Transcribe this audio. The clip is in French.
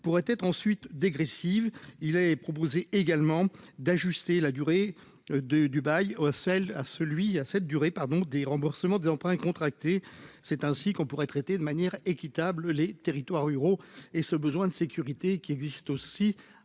pourrait être ensuite dégressive, il est proposé également d'ajuster la durée de Dubaï au sel à celui à cette durée, pardon des remboursements des emprunts contractés, c'est ainsi qu'on pourrait traiter de manière équitable, les territoires ruraux et ce besoin de sécurité qui existe aussi